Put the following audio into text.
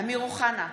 אמיר אוחנה,